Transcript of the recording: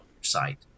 site